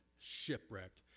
shipwrecked